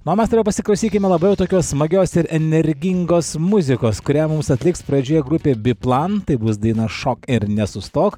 na o mes toliau pasiklausykime labai jau tokios smagios ir energingos muzikos kurią mums atliks pradžioje grupė biplan tai bus daina šok ir nesustok